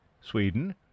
Sweden